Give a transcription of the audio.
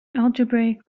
algebraic